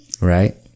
Right